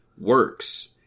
works